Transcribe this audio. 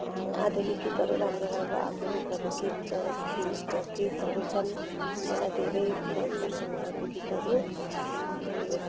आधुनिक गीतहरू राम्रो राम्रो आधुनिकहरू गीत त थिए गीतहरू छन् मलाई धेरै मन पर्छ उहाँको गीतहरू